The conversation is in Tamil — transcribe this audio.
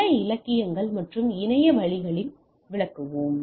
பல இலக்கியங்கள் மற்றும் இணைய வளங்களில் வழங்குவோம்